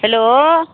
hello